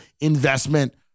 investment